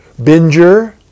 Binger